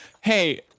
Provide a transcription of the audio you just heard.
hey